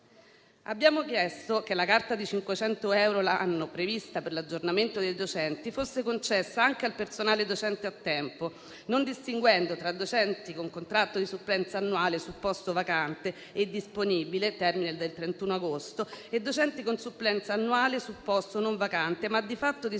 Abbiamo chiesto che la carta di 500 euro l'anno prevista per l'aggiornamento dei docenti fosse concessa anche al personale docente a tempo, non distinguendo tra docenti con contratto di supplenza annuale su posto vacante e disponibile (termine del 31 agosto) e docenti con supplenza annuale su posto non vacante, ma di fatto disponibile